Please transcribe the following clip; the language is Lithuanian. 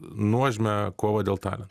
nuožmią kovą dėl talentų